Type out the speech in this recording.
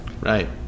Right